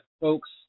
folks